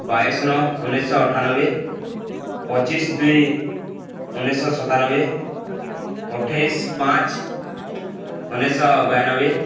ବାଇଶ ନଅ ଉନେଇଶ ଅଠାନବେ ପଚିଶ ଦୁଇ ଉନେଇଶ ସତାନବେ ଅଠେଇଶ ପାଞ୍ଚ ଉନେଇଶ ବୟାନବେ